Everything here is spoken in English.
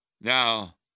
Now